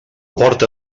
porta